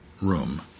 room